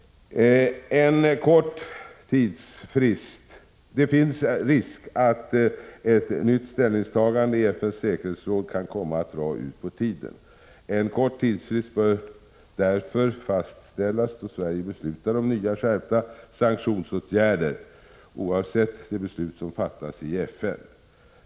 Det finns risk för att ett nytt ställningstagande i FN kan komma att dra ut på tiden. En kort tidsfrist bör därför finnas då Sverige beslutar om nya skärpta sanktionsåtgärder oavsett de beslut som fattas i FN.